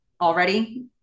already